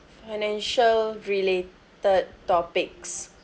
financial related topics